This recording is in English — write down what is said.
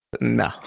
No